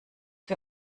für